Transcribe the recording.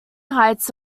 heights